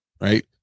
right